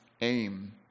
aim